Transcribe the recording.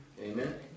Amen